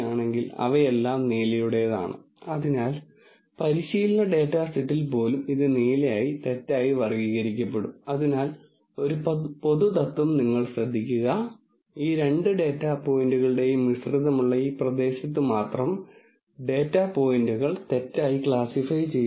നിങ്ങൾ ഈ എക്സസൈസ് ചെയ്തുകഴിഞ്ഞാൽ നിങ്ങൾ കെമിക്കൽ 2 ഉം 4 ഉം ഉപയോഗിക്കുമ്പോൾ അത് ഒന്ന് ഫ്ലൂറസുചെയ്തു 3 ഫ്ലൂറസ് ചെയ്തില്ല തുടർന്ന് ആ എക്സസൈസ്ന്റെ അവസാനം നിങ്ങൾക്ക് തിരികെ പോകാം തുടർന്ന് മേശപ്പുറത്തുള്ള സാധനങ്ങൾ ക്യാമറയും സെൽ ഫോണും മറ്റുള്ളവയും സൂക്ഷ്മാണുക്കൾ 2 ഉം 4 ഉം ആണെന്ന് പറയാം